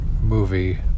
movie